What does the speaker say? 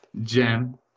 Gem